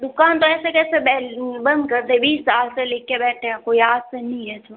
दुकान तो ऐसे कैसे बंद कर दें बीस साल से ले के बैठें हैं कोई आज से नहीं है तो